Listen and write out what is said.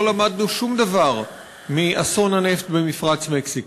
למדנו שום דבר מאסון הנפט במפרץ מקסיקו,